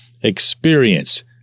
experience